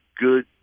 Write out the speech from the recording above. good